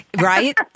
Right